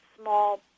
small